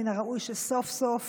מן הראוי שסוף-סוף